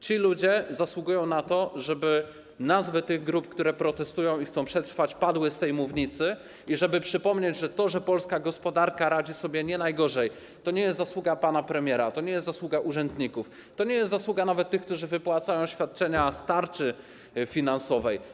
Ci ludzie zasługują na to, żeby nazwy tych grup, które protestują i chcą przetrwać, padły z tej mównicy i żeby przypomnieć, że to, że polska gospodarka radzi sobie nie najgorzej, to nie jest zasługa pana premiera, to nie jest zasługa urzędników, to nie jest zasługa nawet tych, którzy wypłacają świadczenia z tarczy finansowej.